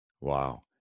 Wow